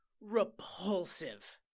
repulsive